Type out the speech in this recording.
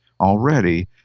already